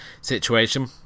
situation